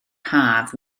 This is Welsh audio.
haf